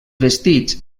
vestits